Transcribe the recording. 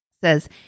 says